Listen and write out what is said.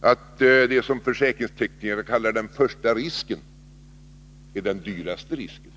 att det som försäkringsteknikerna kallar den första risken är den dyraste risken.